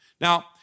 Now